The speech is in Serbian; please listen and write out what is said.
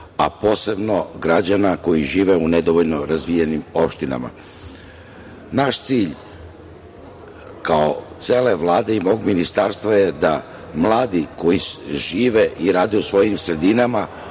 a posebno građana koji žive u nedovoljno razvijenim opštinama. Naš cilj kao cele Vlade i mog ministarstva je da mladi koji žive i rade u svojim sredinama